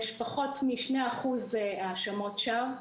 יש פחות מ-2% האשמות שווא.